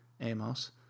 Amos